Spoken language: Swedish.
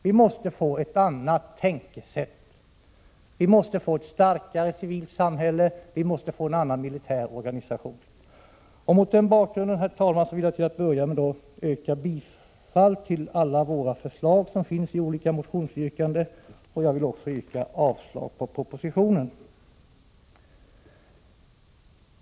Vi måste få till stånd ett annat tänkesätt, vi måste få ett starkare civilt samhälle, vi måste få en annan militär organisation. Mot den bakgrunden, herr talman, vill jag inledningsvis yrka bifall till alla de förslag som vpk har framfört i olika motionsyrkanden, och jag vill också yrka avslag på propositionen.